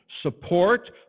support